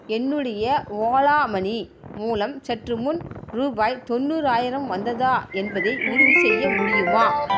என்னுடைய ஓலா மனி மூலம் சற்றுமுன் ரூபாய் தொண்ணூறாயிரம் வந்ததா என்பதை உறுதிசெய்ய முடியுமா